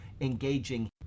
engaging